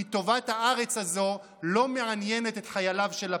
כי טובת הארץ הזו לא מעניינת את חייליו של לפיד,